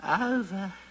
over